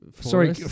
Sorry